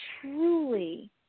truly